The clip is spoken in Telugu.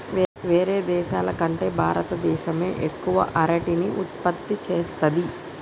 వేరే దేశాల కంటే భారత దేశమే ఎక్కువ అరటిని ఉత్పత్తి చేస్తంది